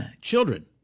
Children